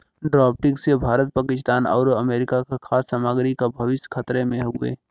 drafting से भारत पाकिस्तान आउर America क खाद्य सामग्री क भविष्य खतरे में हउवे